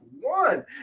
one